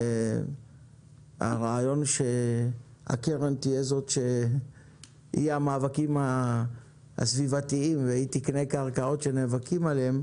והרעיון שהקרן תצטרף למאבקים הסביבתיים והיא תקנה קרקעות שנאבקים עליהן.